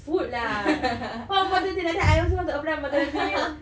foot lah what maternity like that I also want to apply maternity leave